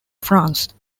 france